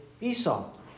Esau